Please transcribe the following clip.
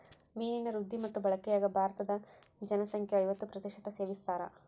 ಮೀನಿನ ವೃದ್ಧಿ ಮತ್ತು ಬಳಕೆಯಾಗ ಭಾರತೀದ ಜನಸಂಖ್ಯೆಯು ಐವತ್ತು ಪ್ರತಿಶತ ಸೇವಿಸ್ತಾರ